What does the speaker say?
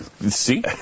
See